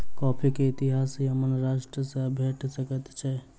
coffee के इतिहास Yemen राष्ट्र सॅ भेट सकैत अछि